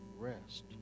rest